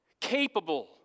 capable